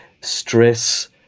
stress